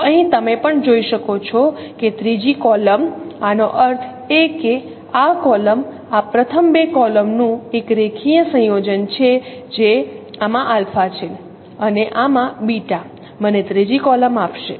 તો અહીં તમે પણ જોઈ શકો છો કે ત્રીજી કોલમ આનો અર્થ એ કે આ કોલમ આ પ્રથમ બે કોલમ નું એક રેખીય સંયોજન છે જે આમાં આલ્ફા છે અને આમાં બીટા મને ત્રીજી કોલમ આપશે